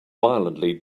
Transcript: violently